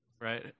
Right